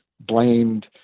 blamed